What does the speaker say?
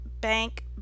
Bank